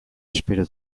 espero